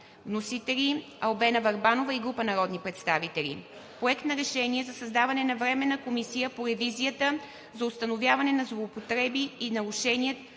Вносители – Албена Върбанова и група народни представители. Проект на решение за създаване на Временна комисия по ревизията за установяване на злоупотреби и нарушения